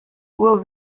uhr